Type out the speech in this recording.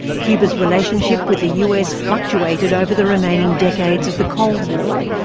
cuba's relationship with the us fluctuated over the remaining decades of the cold war,